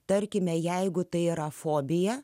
tarkime jeigu tai yra fobija